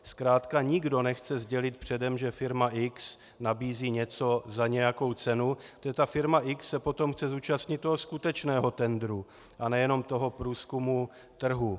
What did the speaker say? Zkrátka nikdo nechce sdělit předem, že firma x nabízí něco za nějakou cenu, protože firma x se potom chce zúčastnit skutečného tendru, a ne jenom toho průzkumu trhu.